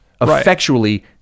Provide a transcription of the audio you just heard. Effectually